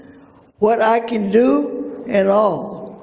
what i can do at all.